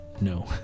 no